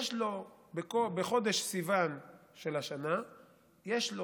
יש לו בחודש סיוון של השנה לחם